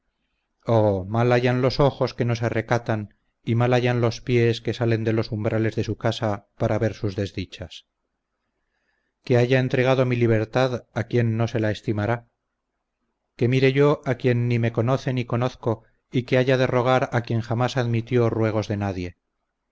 oh mal hayan los ojos que no se recatan y mal hayan los pies que salen de los umbrales de su casa para ver sus desdichas que haya entregado mi libertad a quien no se la estimará que mire yo a quien ni me conoce ni conozco y que haya de rogar a quien jamás admitió ruegos de nadie